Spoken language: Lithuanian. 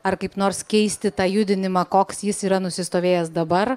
ar kaip nors keisti tą judinimą koks jis yra nusistovėjęs dabar